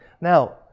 Now